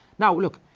now look,